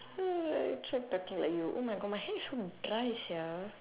oh my try talking to her oh my god my hair is so dry sia